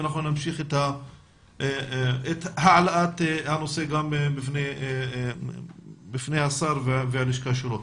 ואנחנו נמשיך את העלאת הנושא בפני השר והלשכה שלו.